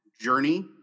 journey